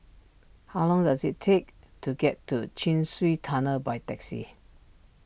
how long does it take to get to Chin Swee Tunnel by taxi